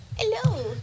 Hello